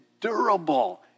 durable